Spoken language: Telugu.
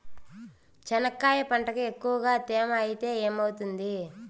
చెనక్కాయ పంటకి ఎక్కువగా తేమ ఐతే ఏమవుతుంది?